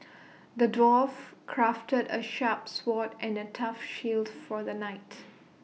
the dwarf crafted A sharp sword and A tough shield for the knight